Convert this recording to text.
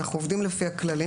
אנחנו עובדים לפי הכללים,